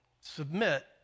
Submit